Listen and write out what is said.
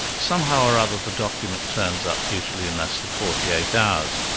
somehow or other the document turns up, usually in less than forty eight hours.